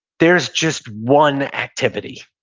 there's just one activity